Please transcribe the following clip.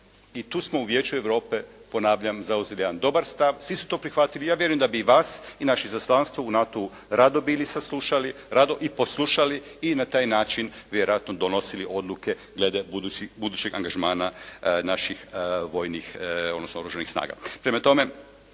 i tu smo u Vijeću Europe, ponavljam, zauzeli jedan dobar stav. Svi su to prihvatili i ja vjerujem da bi i vas i naše izaslanstvo u NATO-u rado bili saslušali, rado i poslušali i na taj način vjerojatno donosili odluke glede budućeg angažmana naših vojnih, odnosno oružanih snaga.